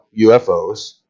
UFOs